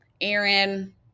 Aaron